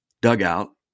dugout